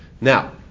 Now